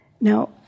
Now